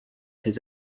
his